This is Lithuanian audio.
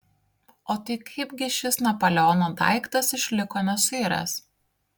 o tai kaip gi šis napoleono daiktas išliko nesuiręs